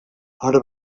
ara